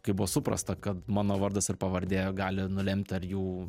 kaip buvo suprasta kad mano vardas ir pavardė gali nulemt ar jų